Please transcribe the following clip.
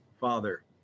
Father